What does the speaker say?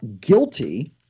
guilty